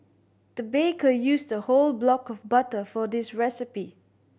the baker used a whole block of butter for this recipe